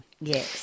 Yes